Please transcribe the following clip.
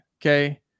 Okay